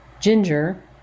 ginger